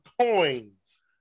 coins